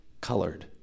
Colored